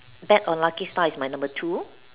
bad or lucky star is my number two